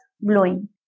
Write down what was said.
blowing